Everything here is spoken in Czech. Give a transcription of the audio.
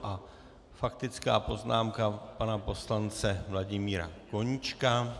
A faktická poznámka pana poslance Vladimíra Koníčka.